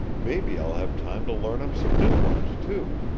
maybe i'll have time to learn him some new ones, too.